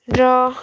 र